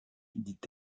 dit